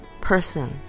person